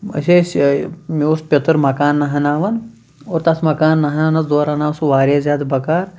أسۍ ٲسۍ یہِ مےٚ اوس پِتٕر مکانہٕ ہناوان اور تَتھ مکانہٕ نَہاونَس دوران آو سُہ واریاہ زیادٕ بکار